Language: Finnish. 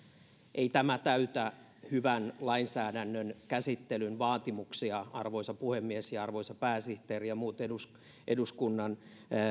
ei tämä täytä hyvän lainsäädännön käsittelyn vaatimuksia arvoisa puhemies ja arvoisa pääsihteeri ja muut eduskunnan